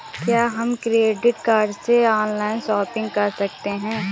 क्या हम credit card से ऑनलाइन शॉपिंग कर सकते हैं?